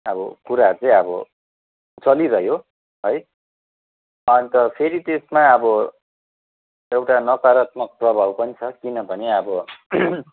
अब कुराहरू चाहिँ अब चलिरह्यो है अन्त फेरि त्यसमा अब एउटा नकारात्मक प्रभाव पनि छ किनभने अब